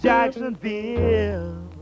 Jacksonville